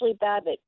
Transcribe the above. Babbitt